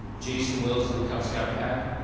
jason wills and the cub scouts pack.